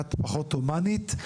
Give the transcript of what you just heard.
מעט פחות הומנית,